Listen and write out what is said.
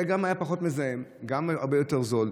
זה גם היה פחות מזהם, גם הרבה יותר זול.